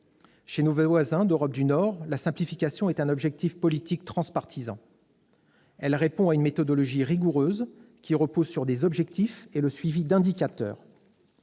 Chez nos voisins d'Europe du Nord, la simplification est un objectif politique transpartisan. Elle répond à une méthodologie rigoureuse, qui repose sur des objectifs et sur le suivi d'indicateurs.